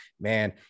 man